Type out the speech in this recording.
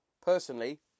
Personally